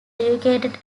educated